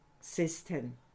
system